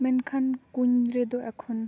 ᱢᱮᱱᱠᱷᱟᱱ ᱠᱩᱧ ᱨᱮᱫᱚ ᱮᱠᱷᱚᱱ